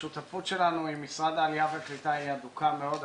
השותפות שלנו עם משרד העלייה והקליטה היא הדוקה מאוד.